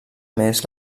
més